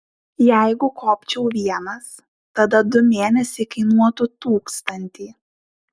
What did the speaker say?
jeigu kopčiau vienas tada du mėnesiai kainuotų tūkstantį